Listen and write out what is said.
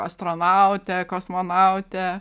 astronautė kosmonautė